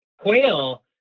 quail